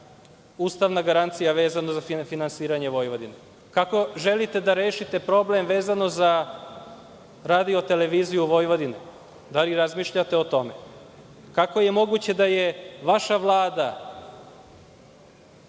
ustavna garancija vezano za finansiranje Vojvodine? Kako želite da rešite problem vezano za Radio-televiziju Vojvodine? Da li razmišljate o tome? Kako je moguće da je vaša Vlada